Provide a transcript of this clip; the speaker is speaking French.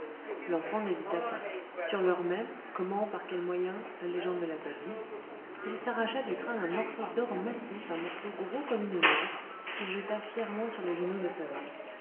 l'enfant n'hésita pas sur l'heure même comment par quels moyens la légende ne l'a pas dit il s'arracha du crâne un morceau d'or massif un morceau gros comme une noix qu'il jeta fièrement sur les genoux de sa mère